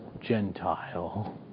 Gentile